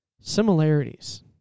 similarities